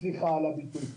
סליחה על הביטוי.